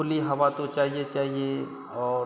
खुली हवा तो चाहिए चाहिए और